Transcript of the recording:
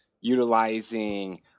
utilizing